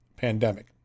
pandemic